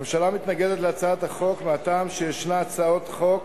הממשלה מתנגדת להצעת החוק מהטעם שישנה הצעת חוק